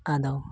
ᱟᱫᱚ